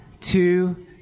two